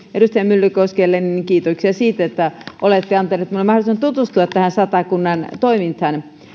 edustaja myllykoskelle kiitoksia siitä että olette antanut minulle mahdollisuuden tutustua satakunnan toimintaan